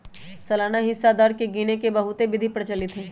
सालाना हिस्सा दर के गिने के बहुते विधि प्रचलित हइ